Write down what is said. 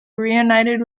reunited